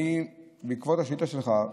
בעקבות השאילתה שלך,